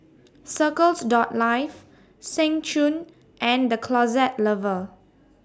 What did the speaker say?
Circles Life Seng Choon and The Closet Lover